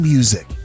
Music